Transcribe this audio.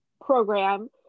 program